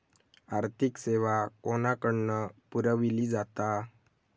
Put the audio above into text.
आर्थिक सेवा कोणाकडन पुरविली जाता?